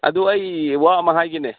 ꯑꯗꯨ ꯑꯩ ꯋꯥ ꯑꯃ ꯍꯥꯏꯒꯦꯅꯦ